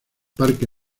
parque